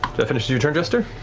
that finish your turn, jester?